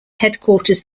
headquarters